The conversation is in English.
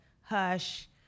hush